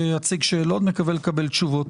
מקווה לקבל תשובות.